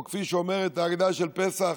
או כפי שאומרת ההגדה של פסח: